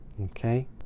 okay